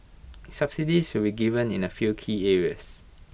subsidies will be given in A few key areas